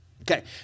Okay